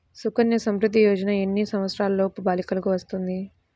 సుకన్య సంవృధ్ది యోజన ఎన్ని సంవత్సరంలోపు బాలికలకు వస్తుంది?